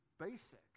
basic